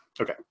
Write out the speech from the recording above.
Okay